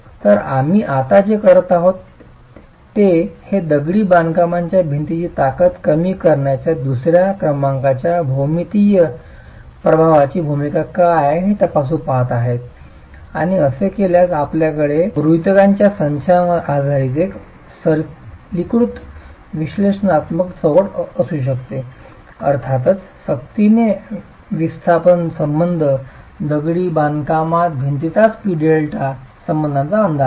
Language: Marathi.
तर आम्ही आता जे करत आहोत ते हे दगडी बांधकामाच्या भिंतीची ताकद कमी करण्यात दुसर्या क्रमांकाच्या भौमितीय प्रभावाची भूमिका काय आहे हे तपासून पाहत आहे आणि असे केल्यास आपल्याकडे गृहितकांच्या संचावर आधारित एक सरलीकृत विश्लेषणात्मक चौकट असू शकते अर्थातच सक्तीने विस्थापन संबंध दगडी बांधकाम भिंतीचाच P delta संबंधाचा अंदाज लावा